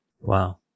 Wow